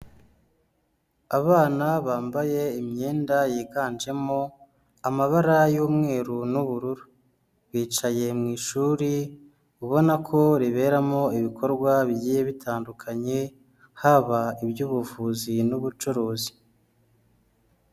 Abana bambaye imyenda yiganjemo amabara y'umweru n'ubururu, bicaye mu ishuri ubona ko riberamo ibikorwa bigiye bitandukanye, haba iby'ubuvuzi n'ubucuruzi.